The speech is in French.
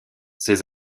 ses